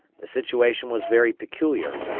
the situation was very peculiar.